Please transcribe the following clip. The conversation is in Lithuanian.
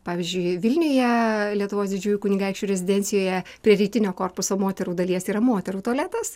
pavyzdžiui vilniuje lietuvos didžiųjų kunigaikščių rezidencijoje prie rytinio korpuso moterų dalies yra moterų tualetas